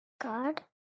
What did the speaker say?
God